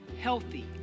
healthy